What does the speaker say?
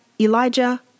Elijah